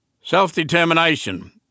Self-determination